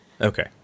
Okay